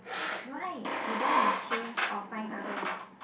why you don't wanna change or find other work